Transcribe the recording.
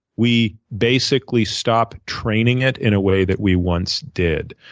we basically stop training it in a way that we once did.